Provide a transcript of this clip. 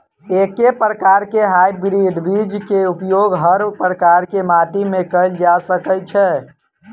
एके प्रकार केँ हाइब्रिड बीज केँ उपयोग हर प्रकार केँ माटि मे कैल जा सकय छै?